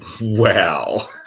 Wow